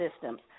systems